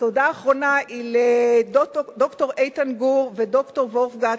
תודה אחרונה היא לד"ר איתן גור וד"ר וורגפט,